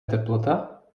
teplota